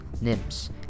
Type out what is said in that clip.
nymphs